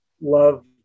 love